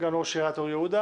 סגן ראש עיריית אור יהודה